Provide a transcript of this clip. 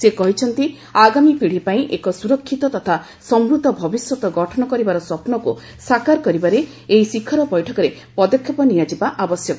ସେ କହିଛନ୍ତି ଆଗାମୀ ପୀଡ଼ି ପାଇଁ ଏକ ସୁରକ୍ଷିତ ତଥା ସମୃଦ୍ଧ ଭବିଷ୍ୟତ ଗଠନ କରିବାର ସ୍ୱପ୍ନକୁ ସାକାର କରିବାରେ ଏହି ଶିଖର ବୈଠକରେ ପଦକ୍ଷେପ ନିଆଯିବା ଆବଶ୍ୟକ